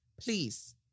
Please